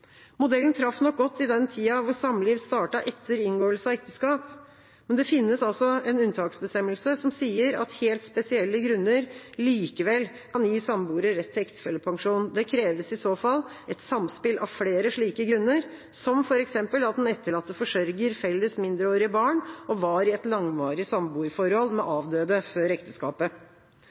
Modellen traff nok godt i den tida da samliv startet etter inngåelse av ekteskap. Det finnes altså en unntaksbestemmelse som sier at helt spesielle grunner likevel kan gi samboere rett til ektefellepensjon. Det krever i så fall et samspill av flere slike grunner, som f.eks. at den etterlatte forsørger felles mindreårige barn og var i et langvarig samboerforhold med